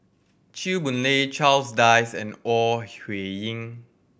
Chew Boon Lay Charles Dyce and Ore Huiying